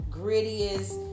grittiest